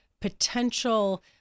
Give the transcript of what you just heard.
potential